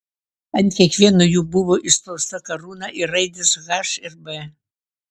ant kiekvieno jų buvo įspausta karūna ir raidės h ir b